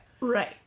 Right